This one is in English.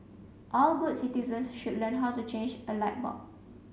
all good citizens should learn how to change a light bulb